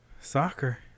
soccer